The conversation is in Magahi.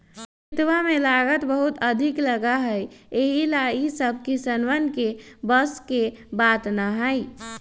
खेतवा में लागत बहुत अधिक लगा हई यही ला ई सब किसनवन के बस के बात ना हई